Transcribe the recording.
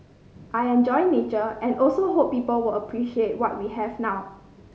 I enjoy nature and also hope people will appreciate what we have now